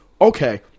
okay